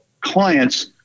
clients